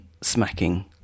Smacking